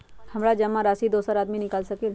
हमरा जमा राशि दोसर आदमी निकाल सकील?